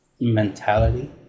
mentality